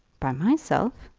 by myself!